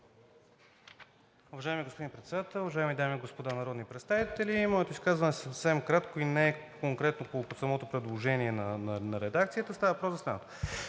Уважаеми господин Председател, уважаеми дами и господа народни представители! Моето изказване ще е съвсем кратко и не е съвсем конкретно по предложението на редакцията. Става въпрос за следното: